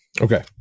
Okay